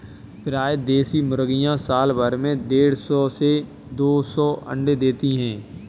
प्रायः देशी मुर्गियाँ साल भर में देढ़ सौ से दो सौ अण्डे देती है